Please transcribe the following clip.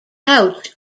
pouch